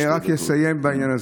אני רק אסיים בעניין הזה.